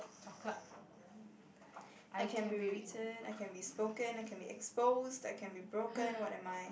I can be written I can be spoken I can be exposed I can be broken what am I